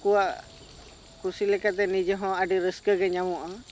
ᱩᱱᱠᱩᱣᱟᱜ ᱠᱩᱥᱤ ᱞᱮᱠᱟᱛᱮ ᱱᱤᱡᱮ ᱦᱚᱸ ᱟᱹᱰᱤ ᱨᱟᱹᱥᱠᱟᱹ ᱜᱮ ᱧᱟᱢᱚᱜ ᱟ